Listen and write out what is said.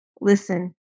listen